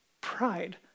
pride